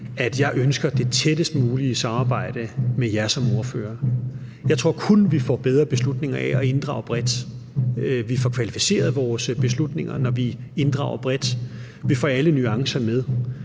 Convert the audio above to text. jeg ønsker det tættest mulige samarbejde med jer som ordførere. Jeg tror kun, at vi får bedre beslutninger af at inddrage bredt. Vi får kvalificeret vores beslutninger, når vi inddrager bredt, og vi får alle nuancer med.